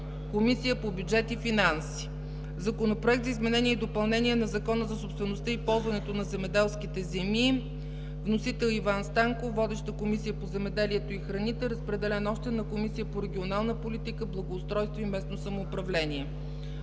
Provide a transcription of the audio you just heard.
Комисията по бюджет и финанси. Законопроект за изменение и допълнение на Закона за собствеността и ползването на земеделските земи. Вносител – Иван Станков. Водеща е Комисията по земеделието и храните. Разпределен е и на Комисията по регионална политика, благоустройство и местно самоуправление.